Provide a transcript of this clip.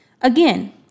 Again